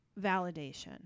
validation